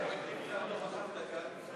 הצעת סיעת הרשימה המשותפת להביע